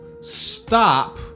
stop